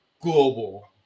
global